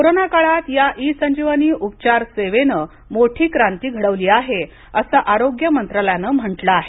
कोरोनाकाळात या ई संजीवनी उपचार सेवेनं मोठी क्रांती घडवली आहे असं आरोग्य मंत्रालयानं म्हटलं आहे